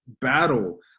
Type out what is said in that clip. battle